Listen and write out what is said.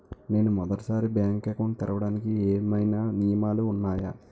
నేను మొదటి సారి బ్యాంక్ అకౌంట్ తెరవడానికి ఏమైనా నియమాలు వున్నాయా?